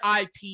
IP